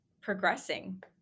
progressing